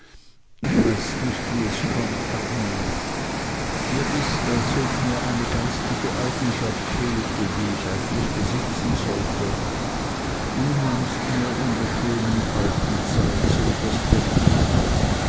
ich weiß es nicht wie es kommt agnes mir ist als ob mir eine geistige eigenschaft fehlte die ich eigentlich besitzen sollte du nahmst mir in der schönen alten zeit so das denken ab